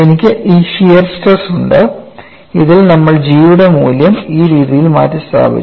എനിക്ക് ഈ shear stress ഉണ്ട് അതിൽ നമ്മൾ G യുടെ മൂല്യം ഈ രീതിയിൽ മാറ്റിസ്ഥാപിച്ചു